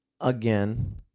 again